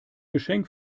geschenk